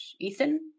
Ethan